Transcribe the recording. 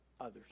others